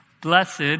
Blessed